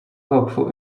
helpful